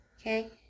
Okay